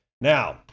Now